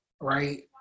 right